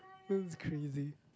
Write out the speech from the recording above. that was crazy